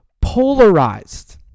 polarized